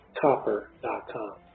copper.com